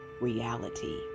reality